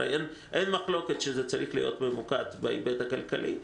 אין מחלוקת שזה צריך להיות ממוקד בהיבט הכלכלי.